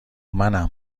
منم